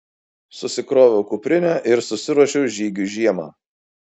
susikroviau kuprinę ir susiruošiau žygiui žiemą